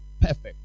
Perfect